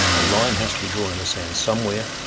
a line has to be drawn in the sand somewhere,